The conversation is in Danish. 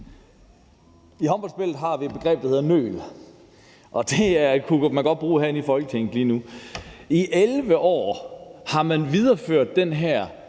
I håndboldspillet har vi et begreb, der hedder nøl, og det kunne man godt bruge herinde i Folketinget lige nu. I 11 år har man videreført den her